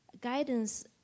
guidance